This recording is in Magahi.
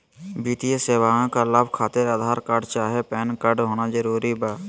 वित्तीय सेवाएं का लाभ खातिर आधार कार्ड चाहे पैन कार्ड होना जरूरी बा?